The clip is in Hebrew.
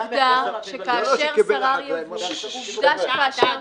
ועובדה שכאשר שרר ייבוא --- זה לא מה שקיבל החקלאי.